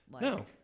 no